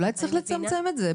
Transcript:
אולי צריך לצמצם את זה.